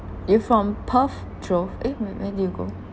you from perth drove eh where where did you go